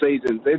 seasons